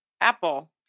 Apple